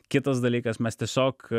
kitas dalykas mes tiesiog